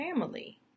family